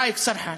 ראיק סרחאן,